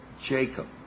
Jacob